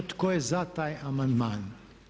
Tko je za taj amandman?